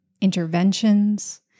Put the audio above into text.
interventions